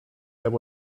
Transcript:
there